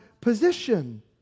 position